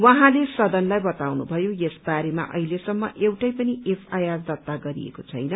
उहाँले सदनलाई बताउन् भयो यस बारेमा अहिलेसम्म एउटै पनि एफआइआर दर्ता गरिएको छैन